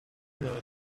know